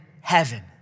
heaven